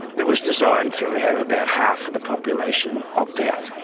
it was designed to have about half of the population opt out,